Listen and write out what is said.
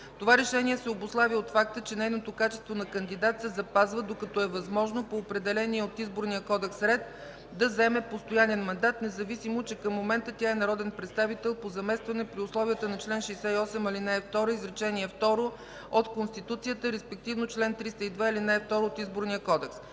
Това решение се обуславя от факта, че нейното качество на кандидат се запазва, докато е възможно, по определения от Изборния кодекс ред да заеме постоянен мандат, независимо че към момента тя е народен представител по заместване при условията на чл. 168, ал. 2, изречение второ от Конституцията, респективно чл. 302, ал. 2 от Изборния кодекс.